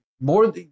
more